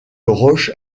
roche